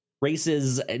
Races